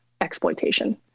exploitation